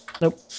Nope